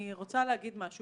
אני רוצה להגיד משהו.